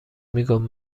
میگفت